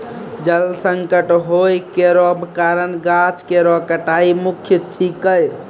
जल संकट होय केरो कारण गाछ केरो कटाई मुख्य छिकै